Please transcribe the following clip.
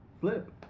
flip